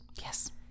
Yes